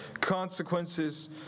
consequences